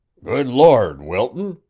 good lord, wilton!